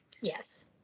Yes